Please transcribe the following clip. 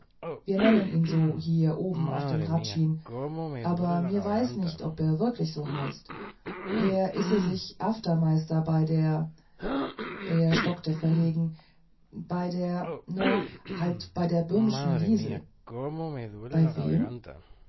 mir nennt ihn so hier heroben auf dem hradschin aber mir weiß nicht ob er wirklich so heißt er ise sich aftermeister bei der er stockte verlegen bei der no halt bei der böhmischen liesel bei wem